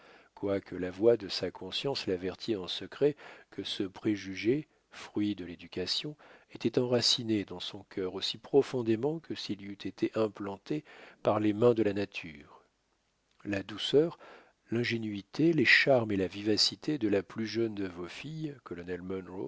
quoique la voix de sa conscience l'avertit en secret que ce préjugé fruit de l'éducation était enraciné dans son cœur aussi profondément que s'il y eût été implanté par les mains de la nature la douceur l'ingénuité les charmes et la vivacité de la plus jeune de vos filles